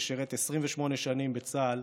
ששירת 28 שנים בצה"ל,